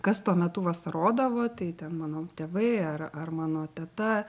kas tuo metu vasarodavo tai ten mano tėvai ar ar mano teta